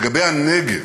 לגבי הנגב,